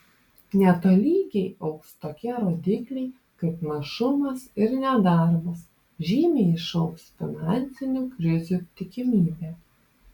netolygiai augs tokie rodikliai kaip našumas ir nedarbas žymiai išaugs finansinių krizių tikimybė